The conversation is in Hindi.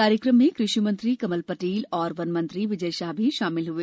कार्यक्रम में कृषि मंत्री कमल पटेल और वन मंत्री विजय शाह भी शामिल हुए